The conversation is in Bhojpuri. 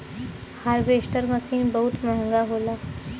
हारवेस्टर मसीन बहुत महंगा होला